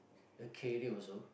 a career also